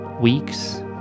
weeks